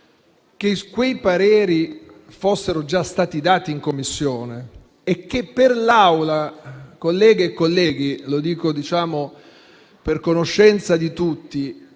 che quei pareri fossero già stati dati in Commissione e che per l'Assemblea - lo dico per conoscenza di tutti